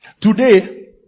Today